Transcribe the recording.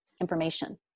information